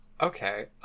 Okay